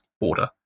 order